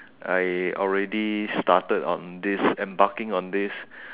I already started on this embarking on this